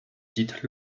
titres